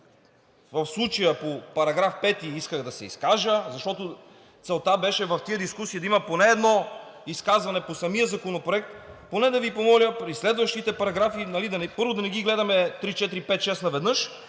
в случая по § 5 исках да се изкажа, защото целта беше в тези дискусии да има поне едно изказване по самия законопроект, поне да Ви помоля при следващите параграфи, първо да не ги гледаме три, четири,